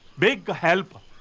big help.